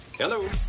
Hello